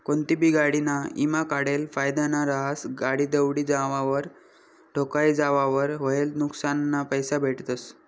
कोनतीबी गाडीना ईमा काढेल फायदाना रहास, गाडी दवडी जावावर, ठोकाई जावावर व्हयेल नुक्सानना पैसा भेटतस